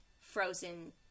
frozen